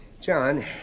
John